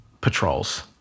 patrols